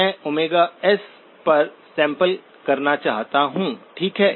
मैं s पर sample करना चाहता हूं ठीक है